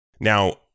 Now